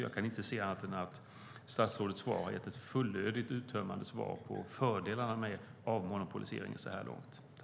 Jag kan inte se annat än att statsrådets svar är ett fullödigt, uttömmande svar om fördelarna med avmonopolisering så här långt.